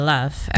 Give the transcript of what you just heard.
Love